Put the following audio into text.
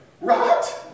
right